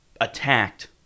attacked